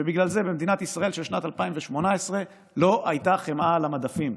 ובגלל זה במדינת ישראל של שנת 2018 לא הייתה חמאה על המדפים.